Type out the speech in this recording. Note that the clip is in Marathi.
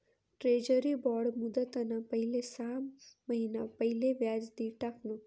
ट्रेजरी बॉड मुदतना पहिले सहा महिना पहिले व्याज दि टाकण